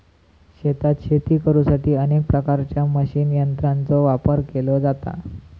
शेतात शेती करुसाठी अनेक प्रकारच्या मशीन यंत्रांचो वापर केलो जाता